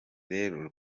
rero